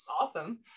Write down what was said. awesome